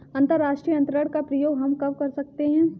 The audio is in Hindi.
अंतर्राष्ट्रीय अंतरण का प्रयोग हम कब कर सकते हैं?